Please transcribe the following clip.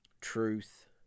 truth